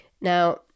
now